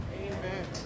Amen